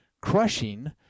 crushing